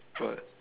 what